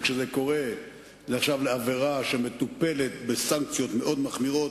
וכשזה קורה זה נחשב לעבירה שמטופלת בסנקציות מאוד מחמירות,